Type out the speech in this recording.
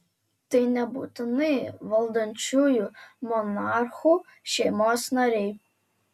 tai nebūtinai valdančiųjų monarchų šeimos nariai